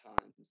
times